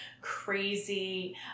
crazy